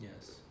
Yes